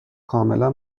کاملا